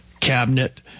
cabinet